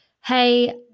hey